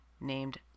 named